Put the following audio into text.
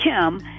kim